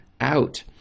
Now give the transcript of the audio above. out